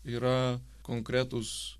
yra konkretūs